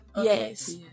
Yes